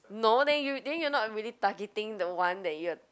no then you then you are not really targeting the one that you are